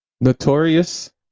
Notorious